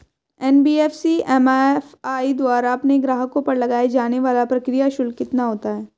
NBFC MFI द्वारा अपने ग्राहकों पर लगाए जाने वाला प्रक्रिया शुल्क कितना होता है?